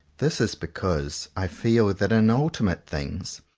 this is because i feel that in ultimate things,